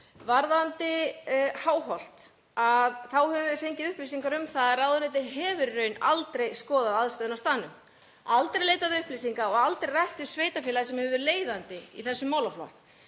Varðandi Háholt þá höfum við fengið upplýsingar um það að ráðuneytið hefur í raun aldrei skoðað aðstöðuna á staðnum, aldrei leitað upplýsinga og aldrei rætt við sveitarfélagið sem hefur verið leiðandi í þessum málaflokki